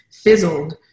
fizzled